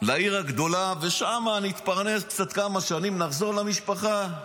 לעיר הגדולה ושם נתפרנס כמה שנים, ונחזור למשפחה.